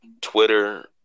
Twitter